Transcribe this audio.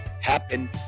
happen